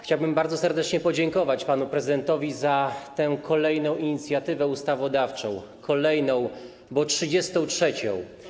Chciałbym bardzo serdecznie podziękować panu prezydentowi za tę kolejną inicjatywę ustawodawczą, kolejną, bo 33.